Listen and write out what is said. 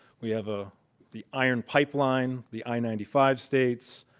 we have ah the iron pipeline, the i ninety five states,